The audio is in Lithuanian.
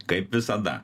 kaip visada